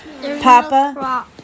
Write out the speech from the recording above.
Papa